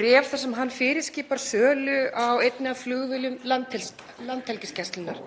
bréf þar sem hann fyrirskipar sölu á einni af flugvélum Landhelgisgæslunnar.